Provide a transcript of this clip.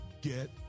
Get